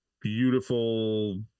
beautiful